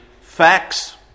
facts